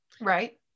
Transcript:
right